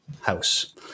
house